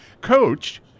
coach